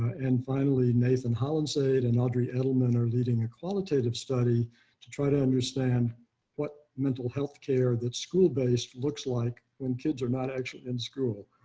and finally, nathan holland said and audrey adelman are leading a qualitative study to try to understand what mental health care that school based looks like when kids are not actually in school.